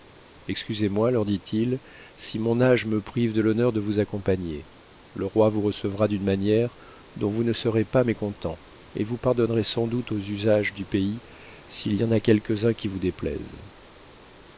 excusez-moi leur dit-il si mon âge me prive de l'honneur de vous accompagner le roi vous recevra d'une manière dont vous ne serez pas mécontents et vous pardonnerez sans doute aux usages du pays s'il y en a quelques uns qui vous déplaisent